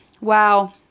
Wow